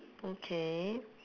okay